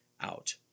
out